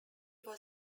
was